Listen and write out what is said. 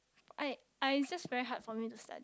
I I just very hard for me to start